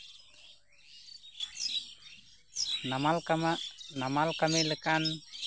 ᱱᱟᱢᱟᱞ ᱠᱟᱢᱟ ᱱᱟᱢᱟᱞ ᱠᱟᱢᱤ ᱞᱮᱠᱟᱱ